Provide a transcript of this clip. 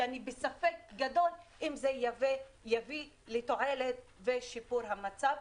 אני בספק גדול אם זה יביא לתועלת ושיפור המצב.